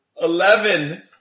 Eleven